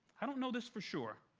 i don't know this for sure,